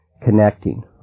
connecting